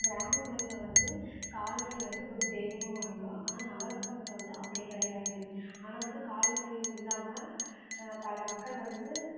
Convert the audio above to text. கிராமப்புறங்கள்ல வந்து கால்நடை வந்து ஒரு தெய்வமாக வணங்குகிறோம் ஆனால் நகர்புறங்கள்ல வந்து அப்படி கிடையாது ஆனால் வந்து கால்நடைகள் இல்லாமல் பல மக்கள் வந்து